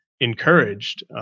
encouraged